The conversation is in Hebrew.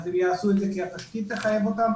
הם יעשו את זה כי התשתית תחייב אותם,